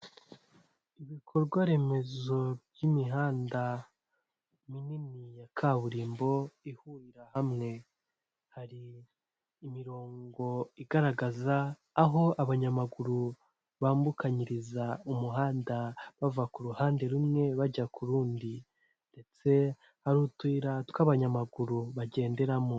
Ibikorwa remezo by'imihanda minini ya kaburimbo ihurira hamwe, hari imirongo igaragaza aho abanyamaguru bambukanyiriza umuhanda bava ku ruhande rumwe bajya ku rundi ndetse hari utuyira tw'abanyamaguru bagenderamo.